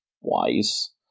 wise